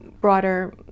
broader